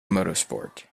motorsport